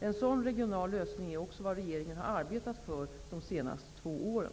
En sådan regional lösning är också vad regeringen har arbetat för under de senaste två åren.